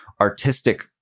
artistic